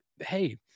Hey